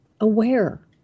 aware